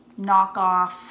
knockoff